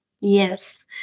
Yes